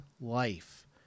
life